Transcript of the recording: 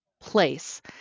place